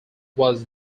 was